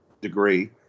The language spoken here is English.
degree